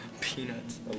Peanuts